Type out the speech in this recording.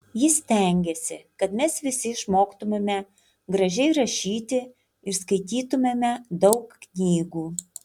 ji stengėsi kad mes visi išmoktumėme gražiai rašyti ir skaitytumėme daug knygų